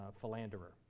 philanderer